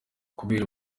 kubera